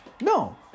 No